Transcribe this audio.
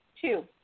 Two